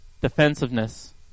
defensiveness